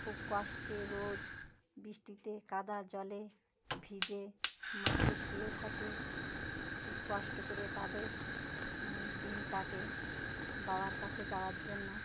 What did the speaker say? খুব কষ্টে রোজ বৃষ্টিতে কাদা জলে ভিজে মাঠে শুয়ে থাকে খুব কষ্ট করে তাদের দিন কাটে বাবার কাছে যাওয়ার জন্য